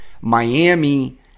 Miami